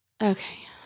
Okay